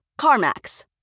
CarMax